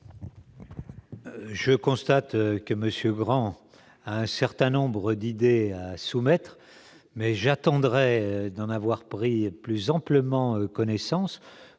Je constate que M. Grand a un certain nombre d'idées à soumettre, mais j'attendrai d'en avoir pris plus amplement connaissance,